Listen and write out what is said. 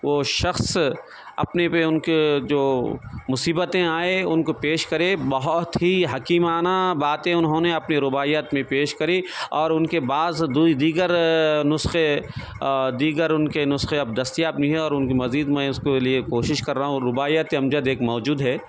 وہ شخص اپنے پہ ان کے جو مصیبتیں آئے ان کو پیش کرے بہت ہی حکیمانہ باتیں انہوں نے اپنے رباعیات میں پیش کری اور ان کے بعض دوئی دیگر نسخے دیگر ان کے نسخے اب دستیاب نہیں ہے اور ان کی مزید میں اس کے لیے کوشش کر رہا ہوں اور رباعیات امجد ایک موجود ہے